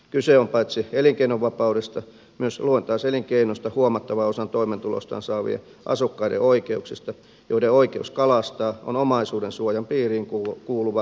kyse on paitsi elinkeinonvapaudesta myös luontaiselinkeinosta huomattavan osan toimeentulostaan saavien asukkaiden oikeuksista joiden oikeus kalastaa on omaisuudensuojan piiriin kuuluva varallisuusarvoinen etu